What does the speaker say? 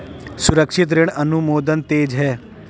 सुरक्षित ऋण अनुमोदन तेज है